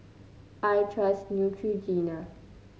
I trust Neutrogena